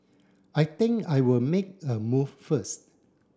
I think I'll make a move first